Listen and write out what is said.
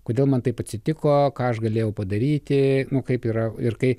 kodėl man taip atsitiko ką aš galėjau padaryti kaip yra ir kai